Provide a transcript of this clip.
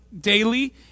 daily